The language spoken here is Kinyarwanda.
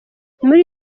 muri